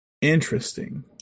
Interesting